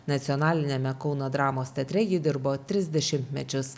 nacionaliniame kauno dramos teatre ji dirbo tris dešimtmečius